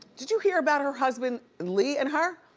did you hear about her husband, lee, and her?